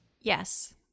Yes